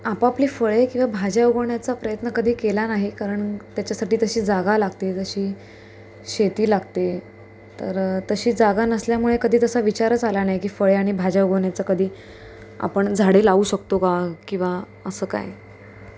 आपापले फळे किंवा भाज्या उगवण्याचा प्रयत्न कधी केला नाही कारण त्याच्यासाठी तशी जागा लागते जशी शेती लागते तर तशी जागा नसल्यामुळे कधी तसा विचारच आला नाही की फळे आणि भाज्या उगवण्याचा कधी आपण झाडे लावू शकतो का किंवा असं काय